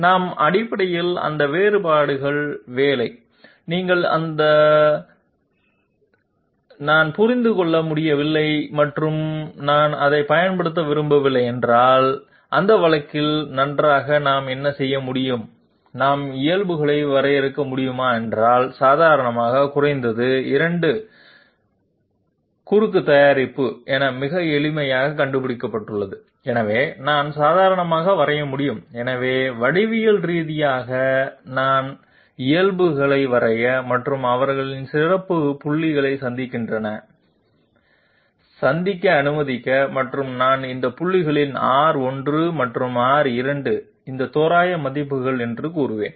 நாம் அடிப்படையில் அந்த வெளிப்பாடுகள் வேலை நீங்கள் எந்த நான் அதை புரிந்து கொள்ள முடியவில்லை மற்றும் நான் அதை பயன்படுத்த விரும்பவில்லை என்றால் அந்த வழக்கில் நன்றாக நாம் என்ன செய்ய முடியும் நாம் இயல்புகள் வரைய முடியும் என்றால் சாதாரண குறைந்தது 2 partials குறுக்கு தயாரிப்பு என மிக எளிதாக கண்டுபிடிக்கப்பட்டுள்ளது எனவே நான் சாதாரண வரைய முடியும் எனவே வடிவியல் ரீதியாக நான் இயல்புகள் வரைய மற்றும் அவர்கள் சில புள்ளியில் சந்திக்கின்றன அனுமதிக்க மற்றும் நான் இந்த புள்ளிகளில் R1 மற்றும் R2 இந்த தோராயமான மதிப்புகள் என்று கூறுவேன்